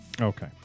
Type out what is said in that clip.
Okay